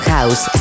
House